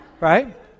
right